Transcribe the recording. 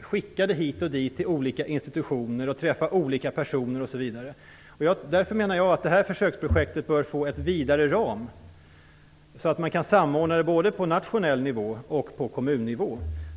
skickade hit och dit till olika institutioner och träffa olika personer. Därför anser jag att det här försöksprojektet bör få en vidare ram så att det kan bli en samordning både på nationell nivå och på kommunnivå.